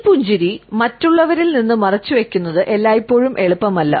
ഈ പുഞ്ചിരി മറ്റുള്ളവരിൽ നിന്ന് മറച്ചുവെക്കുന്നത് എല്ലായ്പ്പോഴും എളുപ്പമല്ല